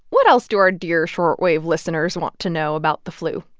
what else do our dear short wave listeners want to know about the flu?